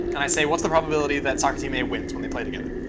and i say, what's the probability that soccer team a wins when they play together?